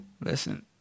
Listen